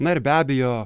na ir be abejo